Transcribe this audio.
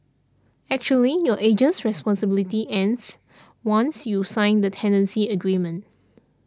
actually your agent's responsibilities ends once you sign the tenancy agreement